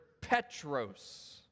Petros